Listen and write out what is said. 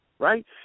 Right